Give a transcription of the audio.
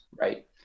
right